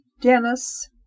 Dennis